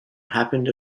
happens